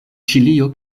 ĉilio